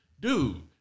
dude